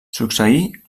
succeí